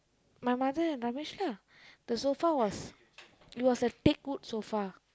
my mother and Ramesh lah the sofa was it was a teakwood sofa